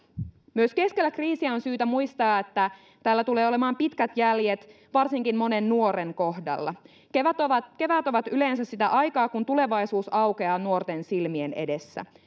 myös keskellä kriisiä on syytä muistaa että tällä tulee olemaan pitkät jäljet varsinkin monen nuoren kohdalla keväät ovat keväät ovat yleensä sitä aikaa kun tulevaisuus aukeaa nuorten silmien edessä